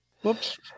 Whoops